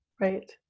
right